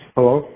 Hello